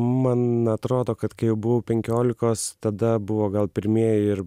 man atrodo kad kai buvau penkiolikos tada buvo gal pirmieji ir